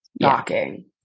Knocking